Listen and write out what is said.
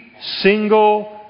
single